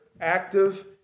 active